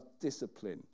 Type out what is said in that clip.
discipline